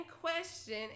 question